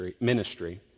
ministry